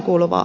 kiitos